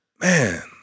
man